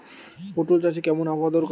পটল চাষে কেমন আবহাওয়া দরকার?